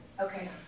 Okay